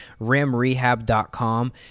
rimrehab.com